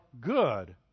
good